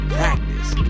practice